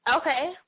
Okay